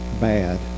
bad